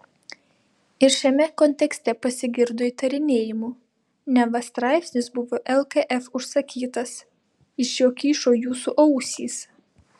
ir šiame kontekste pasigirdo įtarinėjimų neva straipsnis buvo lkf užsakytas iš jo kyšo jūsų ausys